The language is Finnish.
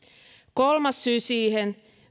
kolmas syy siihen